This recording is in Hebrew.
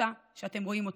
אותה שאתם רואים אותם.